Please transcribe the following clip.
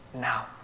now